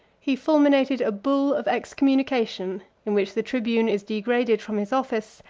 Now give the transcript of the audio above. he fulminated a bull of excommunication, in which the tribune is degraded from his office,